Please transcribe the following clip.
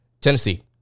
Tennessee